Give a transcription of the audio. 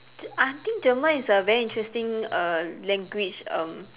I think German is a very interesting err language um